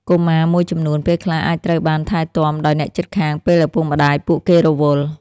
កុមារមួយចំនួន ពេលខ្លះអាចត្រូវបានថែទាំដោយអ្នកជិតខាងពេលឪពុកម្តាយពួកគេរវល់។